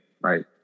right